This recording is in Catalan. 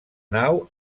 nau